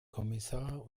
kommissar